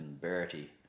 Bertie